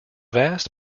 vast